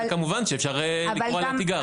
כמובן שאפשר לקרוא עליה תגר.